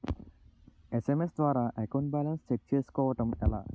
SMS ద్వారా account balance check చేసుకోవటం ఎలా?